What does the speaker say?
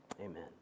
Amen